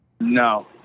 No